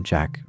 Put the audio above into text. Jack